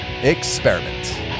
experiment